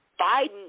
Biden